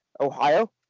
Ohio